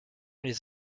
les